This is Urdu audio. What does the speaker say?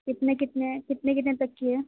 کتنے کتنے کتنے کتنے تک کی ہے